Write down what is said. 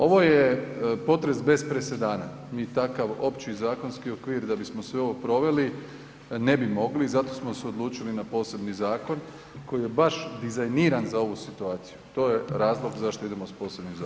Ovo je potres bez presedana, mi takav opći zakonski okvir da bismo sve ovo proveli ne bi mogli i zato smo se odlučili na posebni zakon koji je baš dizajniran za ovu situaciju, to je razlog zašto idemo s posebnim zakonom.